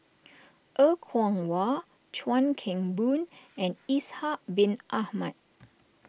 Er Kwong Wah Chuan Keng Boon and Ishak Bin Ahmad